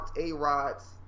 A-Rods